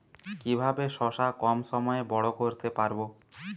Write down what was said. কিভাবে শশা কম সময়ে বড় করতে পারব?